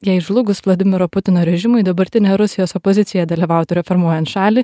jei žlugus vladimiro putino režimui dabartinė rusijos opozicija dalyvautų reformuojant šalį